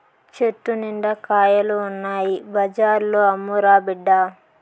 చెట్టు నిండా కాయలు ఉన్నాయి బజార్లో అమ్మురా బిడ్డా